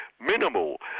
minimal